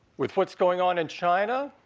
with what's going on in china,